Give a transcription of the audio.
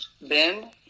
Ben